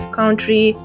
country